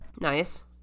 Nice